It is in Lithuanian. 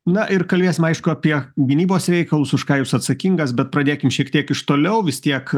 na ir kalbėsim aišku apie gynybos reikalus už ką jūs atsakingas bet pradėkim šiek tiek iš toliau vis tiek